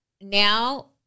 now